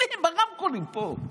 ברמקולים פה.